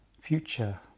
future